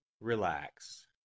Relax